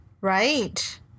Right